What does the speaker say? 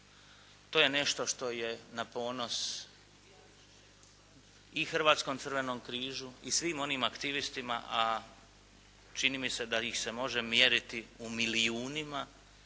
To je nešto što je na ponos i Hrvatskom crvenom križu i svim onim aktivistima, a čini mi se d ih se može mjeriti u milijunima,